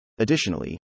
Additionally